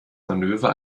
manöver